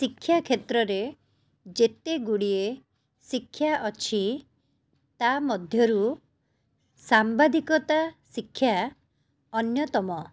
ଶିକ୍ଷାକ୍ଷେତ୍ରରେ ଯେତେଗୁଡ଼ିଏ ଶିକ୍ଷା ଅଛି ତା ମଧ୍ୟରୁ ସାମ୍ବାଦିକତା ଶିକ୍ଷା ଅନ୍ୟତମ